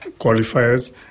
qualifiers